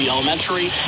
Elementary